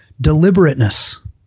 deliberateness